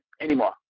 anymore